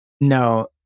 No